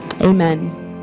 amen